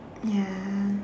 ya